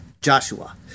Joshua